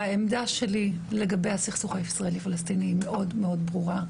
העמדה שלי לגבי הסכסוך הישראלי פלסטיני היא מאוד ברורה,